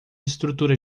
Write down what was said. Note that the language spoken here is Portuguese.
estrutura